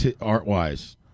art-wise